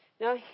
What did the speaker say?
Now